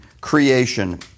creation